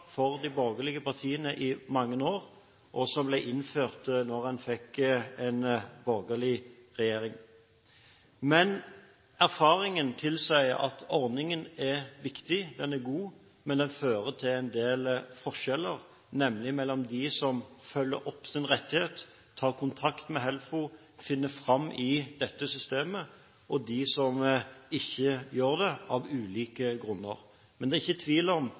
for de borgerlige partiene i mange år, og rettighetene ble innført da en fikk en borgerlig regjering. Erfaringene tilsier at ordningen er viktig. Den er god, men den fører til en del forskjeller, nemlig mellom dem som følger opp sin rettighet, tar kontakt med HELFO, finner fram i dette systemet, og dem som av ulike grunner ikke gjør det. Men det er ikke tvil om